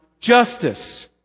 justice